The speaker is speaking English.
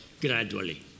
gradually